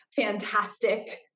fantastic